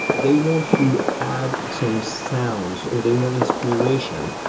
they want to add some sounds, or they want inspiration.